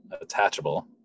attachable